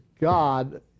God